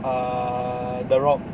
err the rock